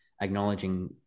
acknowledging